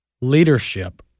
leadership